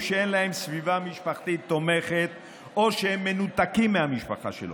שאין להם סביבה משפחתית תומכת או שהם מנותקים מהמשפחה שלהם.